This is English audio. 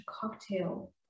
cocktail